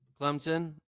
Clemson